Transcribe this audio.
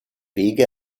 wege